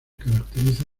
caracteriza